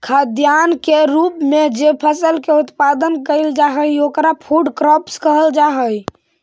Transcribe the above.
खाद्यान्न के रूप में जे फसल के उत्पादन कैइल जा हई ओकरा फूड क्रॉप्स कहल जा हई